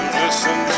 listen